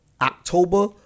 October